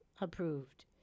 approved